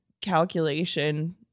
calculation